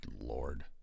Lord